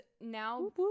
now